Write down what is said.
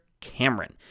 Cameron